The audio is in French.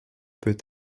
peut